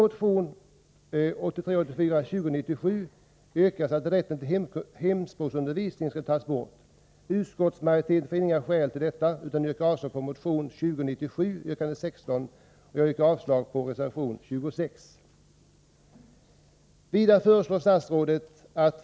Statsrådet föreslår att försöksverksamhet skall införas med ämnet kulturkunskap. I reservation 27 yrkas avslag på detta förslag.